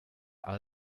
are